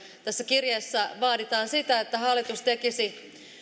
tässä kirjeessä vaaditaan sitä että hallitus tekisi